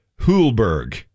Hulberg